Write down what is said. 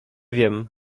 wiem